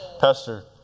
Pastor